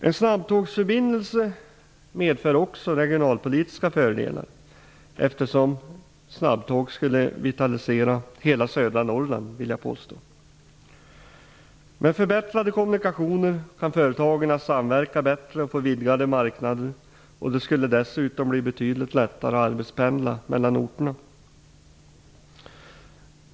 En snabbtågsförbindelse medför också regionalpolitiska fördelar -- snabbtåg skulle vitalisera hela södra Norrland, vill jag påstå. Med förbättrade kommunikationer kan företagen samverka bättre och få vidgade marknader, och det skulle dessutom bli betydligt lättare att arbetspendla mellan orterna.